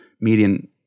median